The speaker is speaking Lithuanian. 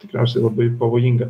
tikriausiai labai pavojinga